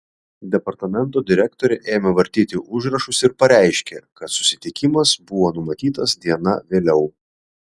departamento direktorė ėmė vartyti užrašus ir pareiškė kad susitikimas buvo numatytas diena vėliau